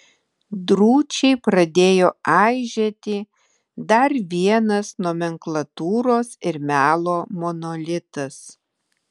drūčiai pradėjo aižėti dar vienas nomenklatūros ir melo monolitas